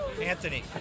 Anthony